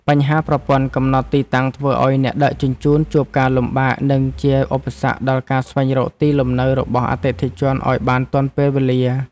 បញ្ហាប្រព័ន្ធកំណត់ទីតាំងធ្វើឱ្យអ្នកដឹកជញ្ជូនជួបការលំបាក និង ជាឧបសគ្គដល់ការស្វែងរកទីលំនៅរបស់អតិថិជនឱ្យបានទាន់ពេលវេលា។